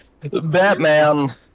Batman